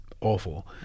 awful